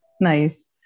nice